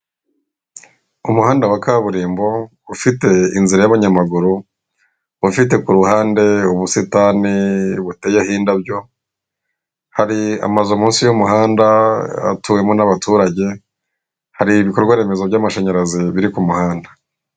Umuhanda wa kaburimbo, ufite inzira y'abanyamaguru, ufite ku ruhande ubusitani buteyeho indabyo, hari amazu munsi y'umuhanda atuwemo n'abaturage, hari ibikorwa remezo by'amashanyarazi biri ku muhanda.